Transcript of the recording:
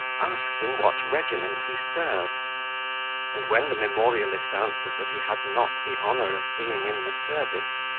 asked in what regiment he served and when the memorialist answered that he had not the honour of being in the service,